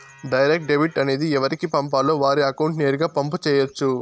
direct debit అనేది ఎవరికి పంపాలో వారి అకౌంట్ నేరుగా పంపు చేయొచ్చు